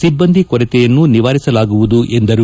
ಸಿಬ್ಬಂದಿ ಕೊರತೆಯನ್ನು ನಿವಾರಿಸಲಾಗುವುದು ಎಂದರು